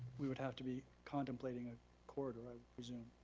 we would have to be contemplating a corridor i presume.